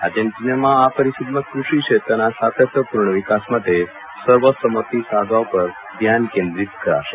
આર્જેનટીનામાં આ પરિષદમાં કૃષિક્ષેત્રના સાતત્યપૂર્ણ વિકાસ માટે સર્વસંમતિ સાધવા ઉપર ધ્યાન કેન્દ્રિત કરાશે